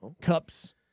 cups